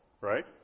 right